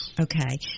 Okay